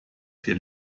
für